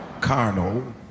carnal